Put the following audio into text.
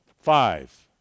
Five